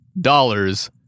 dollars